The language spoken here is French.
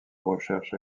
recherche